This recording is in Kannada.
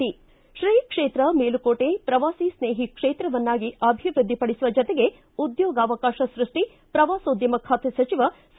ಿ ತ್ರೀ ಕ್ಷೇತ್ರ ಮೇಲುಕೋಟೆ ಪ್ರವಾಸಿ ಸ್ನೇಹಿ ಕ್ಷೇತ್ರವನ್ನಾಗಿ ಅಭಿವೃದ್ಧಿಪಡಿಸುವ ಜತೆಗೆ ಉದ್ಯೋಗಾವಕಾಶ ಸೃಷ್ಟಿ ಪ್ರವಾಸೋದ್ಯಮ ಖಾತೆ ಸಚಿವ ಸಾ